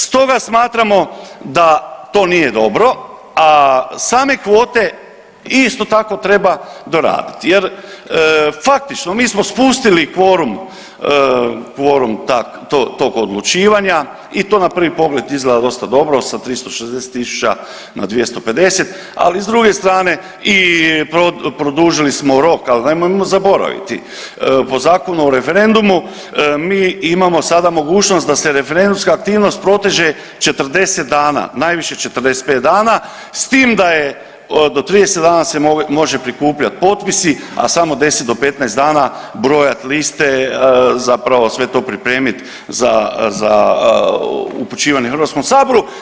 Stoga smatramo da to nije dobro, a same kvote isto tako treba doraditi jer faktično mi smo spustili kvorum, kvorum tog odlučivanja i to na prvi pogled izgleda dosta dobro sa 360.000 na 250.000, ali s druge strane i produžili smo rok, ali nemojmo zaboraviti po Zakonu o referendumu mi imamo sada mogućnost da se referendumska aktivnost proteže 40 dana, najviše 45 dana s tim da je do 30 dana se može prikupljati potpisi, a samo 10 do 15 dana brojat liste zapravo sve to pripremit za upućivanje Hrvatskom saboru.